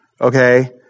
Okay